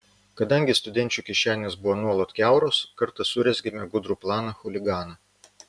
kadangi studenčių kišenės buvo nuolat kiauros kartą surezgėme gudrų planą chuliganą